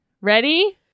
Ready